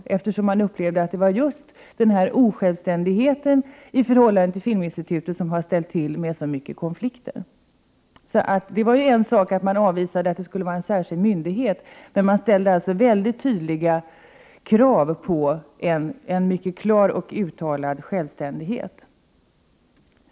Man upplevde att det var just denna osjälvständighet i förhållande till Filminstitutet som hade ställt till med så många konflikter. Man avvisade alltså tanken på att det skulle vara en särskild myndighet, men man ställde tydliga krav på en mycket klar och uttalad självständighet.